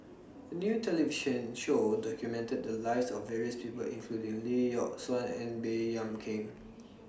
A New television Show documented The Lives of various People including Lee Yock Suan and Baey Yam Keng